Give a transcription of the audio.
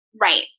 Right